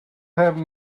have